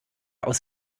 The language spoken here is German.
aus